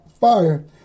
fire